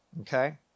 Okay